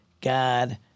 God